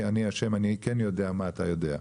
כי אני השם, אני כן יודע מה אתה יודע.